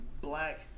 black